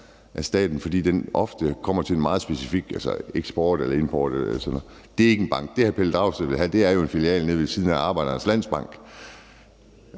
af staten, fordi de ofte er til noget meget specifik, altså eksport eller import eller sådan noget. Det er ikke en bank. Det, hr. Pelle Dragsted vil have, er jo en filial nede ved siden af Arbejdernes Landsbank.